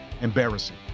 embarrassing